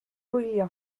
gwylio